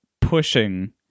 pushing